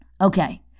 Okay